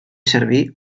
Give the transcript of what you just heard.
servir